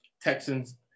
Texans